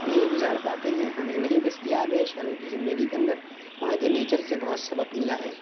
نہیں گزار پاتے ہیں ہمیں نہیں دستیاب ہے شہروں کی زندگی کے اندر وہاں کے نیچر سے بہت سبق مِلا ہے